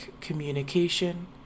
communication